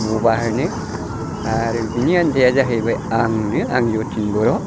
बबा होनो आरो बिनि आनजाइआ जाहैबाय आंनो आं जथिन बर'